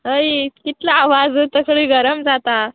हयी कितलो आवाजू तकली गरम जाता